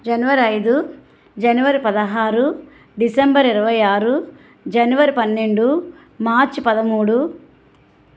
జనవరి ఐదు జనవరి పదహారు డిసెంబర్ ఇరవై ఆరు జనవరి పన్నెండు మార్చ్ పదమూడు